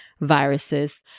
viruses